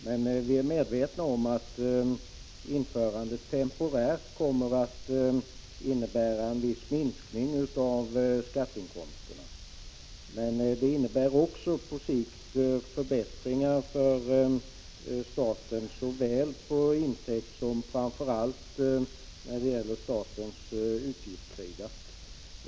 Men vi är medvetna om att införandet temporärt kommer att innebära en viss minskning av skatteinkomsterna. Det innebär också på sikt förbättringar för staten såväl på intäktssidan som på utgiftssidan.